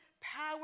power